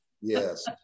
yes